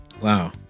Wow